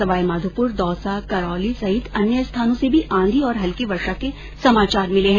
सवाईमाघोपुर दौसा करौली सहित अन्य स्थानो से भी आंधी और हल्की वर्षा के समाचार मिले हैं